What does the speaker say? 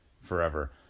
forever